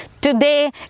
today